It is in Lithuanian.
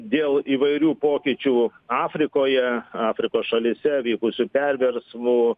dėl įvairių pokyčių afrikoje afrikos šalyse vykusių perversmų